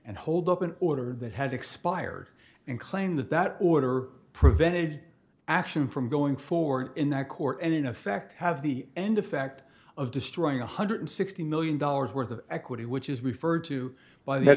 and hold up an order that has expired and claim that that order prevented action from going forward in that court and in effect have the end effect of destroying one hundred sixty million dollars worth of equity which is referred to by th